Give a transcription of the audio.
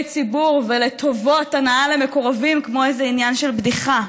ציבור ולטובות הנאה למקורבים כמו עניין של בדיחה.